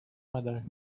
mother